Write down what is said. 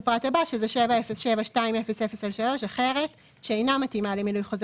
למ"ל 707200/3אחרת, שאינה מתאימה למילוי מכס